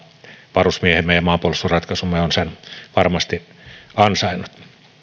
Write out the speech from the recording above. varusmiehemme ja maanpuolustusratkaisumme ovat sen varmasti ansainneet